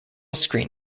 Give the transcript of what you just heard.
screen